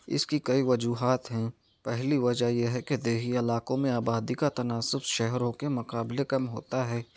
اس کی کئی وجوہات ہیں پہلی وجہ یہ ہے کہ دیہی علاقوں میں آبادی کا تناسب شہروں کے مقابلے کم ہوتا ہے